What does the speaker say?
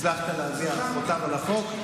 הצלחת להטביע חותם על החוק,